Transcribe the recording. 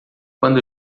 quando